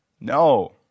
no